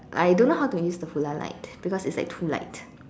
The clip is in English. I don't know how to use the Hoola light because it's like too light